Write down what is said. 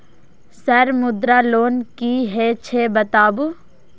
Sir Mudra loan की हे छे बताबू?